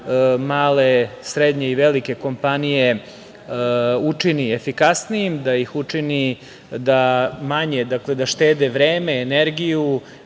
male, srednje i velike kompanije učini efikasnijim, da ih učini da štede vreme, energiju